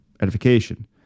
edification